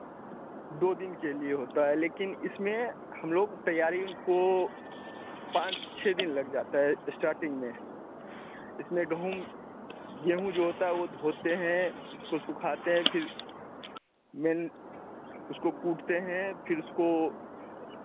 दो दिन के लिए होता है लेकिन इसमें हम लोग तैयारियों को पाँच छः दिन लग जाता है इस्टार्टिंग में इसमें गोहूँम गेहूँ जो होता है वह धोते हैं उसको सुखाते हैं फिर मेन उसको कूटते हैं फिर उसको